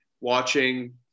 watching